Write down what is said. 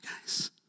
guys